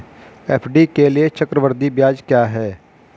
FD के लिए चक्रवृद्धि ब्याज क्या है?